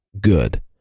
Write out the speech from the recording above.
good